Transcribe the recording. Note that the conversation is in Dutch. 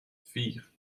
vier